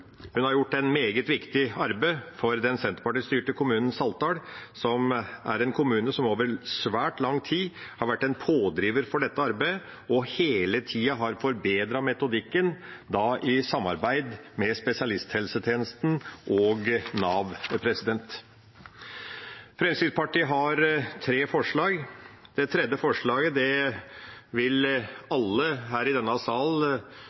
Hun har gjort et meget viktig arbeid for den Senterparti-styrte kommunen Saltdal, som er en kommune som over svært lang tid har vært en pådriver for dette arbeidet og hele tiden har forbedret metodikken, i samarbeid med spesialisthelsetjenesten og Nav. Fremskrittspartiet har tre forslag i dokumentet. Det tredje forslaget vil alle her i denne